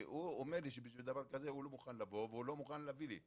כי הוא אומר לי שבשביל דבר כזה הוא לא מוכן לבוא והוא לא מוכן להביא לי,